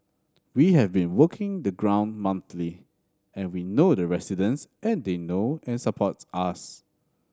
we have been walking the ground monthly and we know the residents and they know and support us